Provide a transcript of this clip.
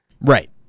Right